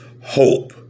hope